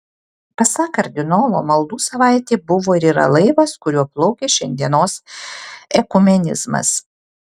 pasak kardinolo maldų savaitė buvo ir yra laivas kuriuo plaukia šiandienos ekumenizmas